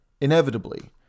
Inevitably